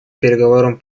переговорам